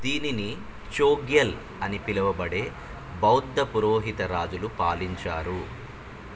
దీనిని చోగ్యాల్ అని పిలువబడే బౌద్ధ పురోహిత రాజులు పాలించారు